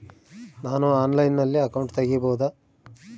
ನಾನು ಆನ್ಲೈನಲ್ಲಿ ಅಕೌಂಟ್ ತೆಗಿಬಹುದಾ?